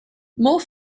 more